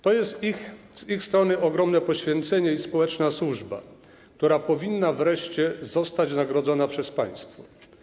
To jest z ich strony ogromne poświęcenie i społeczna służba, która powinna wreszcie zostać nagrodzona przez państwo.